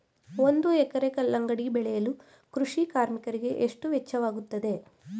ಒಂದು ಎಕರೆ ಕಲ್ಲಂಗಡಿ ಬೆಳೆಯಲು ಕೃಷಿ ಕಾರ್ಮಿಕರಿಗೆ ಎಷ್ಟು ವೆಚ್ಚವಾಗುತ್ತದೆ?